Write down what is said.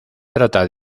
trata